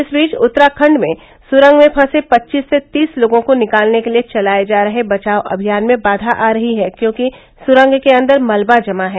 इस बीच उत्तराखण्ड में सुरंग में फर्से पच्चीस से तीस लोगों को निकालने के लिये चलाये जा रहे बचाव अभियान में बाधा आ रही है क्योंकि सुरंग के अन्दर मलबा जमा है